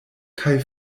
kaj